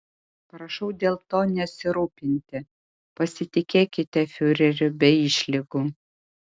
prašau dėl to nesirūpinti pasitikėkite fiureriu be išlygų